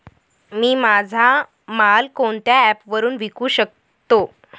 मी माझा माल कोणत्या ॲप वरुन विकू शकतो?